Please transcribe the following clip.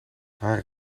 haar